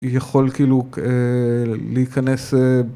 יכול כאילו להיכנס.